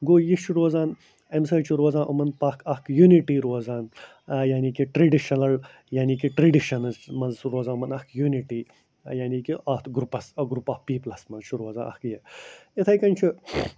گوٚو یہِ چھُ روزان اَمہِ سۭتۍ چھُ روزان یِمَن اَکھ یوٗنِٹی روزان یعنی کہِ ٹرٛیڈِشَنَل یعنی کہِ ٹرٛیڈِشَنَس منٛز چھِ روزان یِمَن اَکھ یوٗنِٹی یعنی کہِ اَتھ گرٛوپَس گرٛوپ آف پیٖپُلَس منٛز چھِ روزان اَکھ یہِ یِتھٕے کٔنۍ چھُ